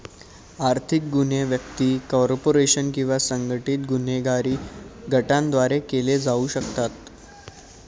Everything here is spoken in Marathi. आर्थिक गुन्हे व्यक्ती, कॉर्पोरेशन किंवा संघटित गुन्हेगारी गटांद्वारे केले जाऊ शकतात